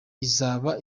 izaba